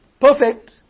perfect